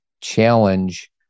challenge